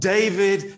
David